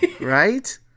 right